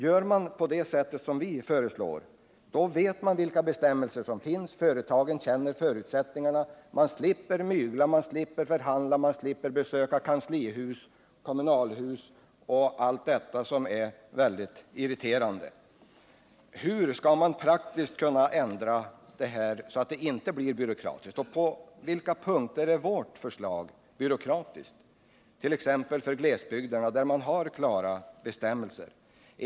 Gör man som vi föreslår vet man vilka bestämmelser som finns, företagen känner till förutsättningarna, man slipper mygla, man slipper förhandla, man slipper besöka kommunalhus och kanslihus, och allt detta som är ganska improduktivt och irriterande. På vilka punkter är vårt förslag byråkratiskt, t.ex. för glesbygderna, där man har klara bestämmelser?